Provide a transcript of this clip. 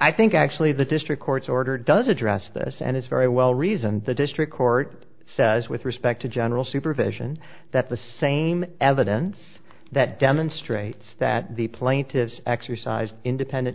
i think actually the district court's order does address this and it's very well reasoned the district court says with respect to general supervision that the same evidence that demonstrates that the plaintiffs exercised independent